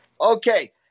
Okay